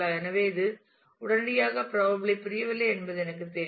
எனவே இது உடனடியாக பிராபப்ளி புரியவில்லை என்பது எனக்குத் தெரியும்